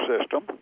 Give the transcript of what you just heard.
system